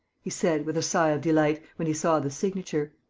he said, with a sigh of delight, when he saw the signature.